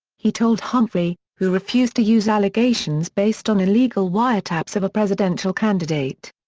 he told humphrey, who refused to use allegations based on illegal wiretaps of a presidential candidate.